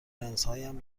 لنزهایم